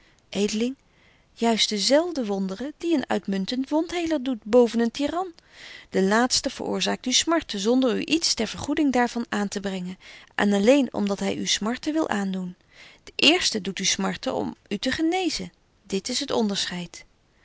juist dezelfde wonderen die een uitmuntent wondheeler doet boven een tiran de laatste veroorzaakt u smarten zonder u iets ter vergoeding daar van aantebrengen en alleen om dat hy u smarte wil aandoen de eerste doet u smarte aan om u te genezen dit is het onderscheid